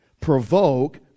Provoke